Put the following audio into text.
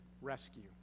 rescue